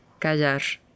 callar